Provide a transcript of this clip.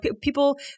people